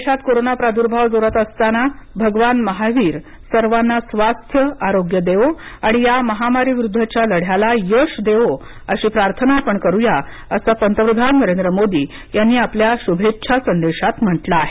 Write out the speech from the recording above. देशात कोरोंना प्रादुर्भाव जोरात असताना भगवान महावीर सर्वांना स्वास्थ्य आरोग्य देवो आणि या महामारीविरुद्धच्या लढ्याला यश देवो अशी प्रार्थना आपण करूया अस पंतप्रधान नरेंद्र मोदी यांनी आपल्या शुभेच्छा संदेशात म्हंटल आहे